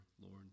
lord